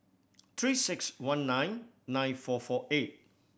Three Six One nine nine four four eight